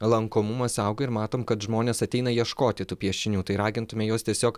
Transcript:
lankomumas auga ir matom kad žmonės ateina ieškoti tų piešinių tai ragintume juos tiesiog